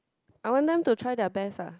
I want them to try their best lah